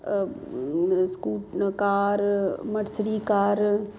scooter car Mercedes car